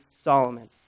Solomon